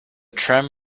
tram